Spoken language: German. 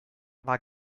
war